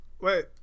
Wait